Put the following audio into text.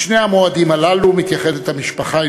בשני המועדים הללו מתייחדת המשפחה עם